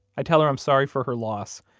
i tell her i'm sorry for her loss,